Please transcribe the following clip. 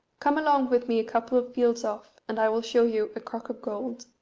come along with me a couple of fields off, and i will show you a crock of gold.